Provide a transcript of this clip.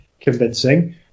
convincing